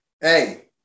Hey